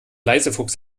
leisefuchs